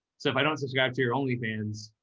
so if i don't subscribe to your only fans,